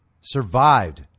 survived